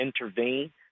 intervene